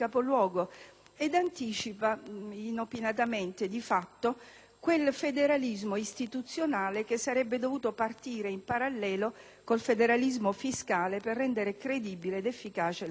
ed anticipa inopinatamente, di fatto, quel federalismo istituzionale che sarebbe dovuto partire in parallelo con il federalismo fiscale per rendere credibile ed efficace la riforma.